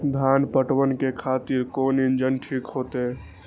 धान पटवन के खातिर कोन इंजन ठीक होते?